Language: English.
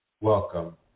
Welcome